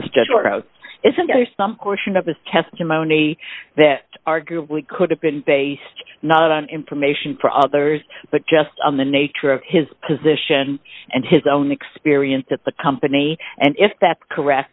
or isn't there some portion of his testimony that arguably could have been based not on information for others but just on the nature of his position and his own experience at the company and if that's correct